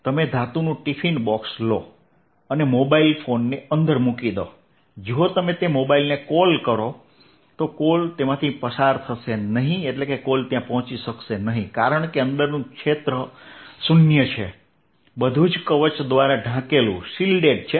તમે ધાતુનું tiffin box લો અને મોબાઇલને અંદર મૂકી દો જો તમે તે મોબાઇલને કોલ કરો તો કોલ પસાર થશે નહીં કારણ કે અંદરનું ક્ષેત્ર 0 છે બધું જ કવચ દ્વારા ઢાંકેલું છે